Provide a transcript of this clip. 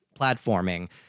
platforming